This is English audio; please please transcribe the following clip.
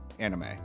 Anime